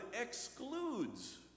excludes